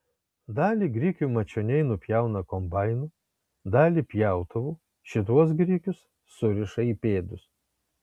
dalį grikių mačioniai nupjauna kombainu dalį pjautuvu šituos grikius suriša į pėdus